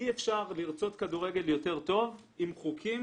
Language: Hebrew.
אי אפשר לרצות כדורגל יותר טוב עם חוקים